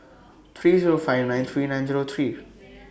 three Zero five nine three nine Zero three